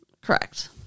Correct